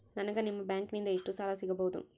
ನನಗ ನಿಮ್ಮ ಬ್ಯಾಂಕಿನಿಂದ ಎಷ್ಟು ಸಾಲ ಸಿಗಬಹುದು?